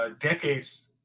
decades